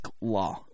law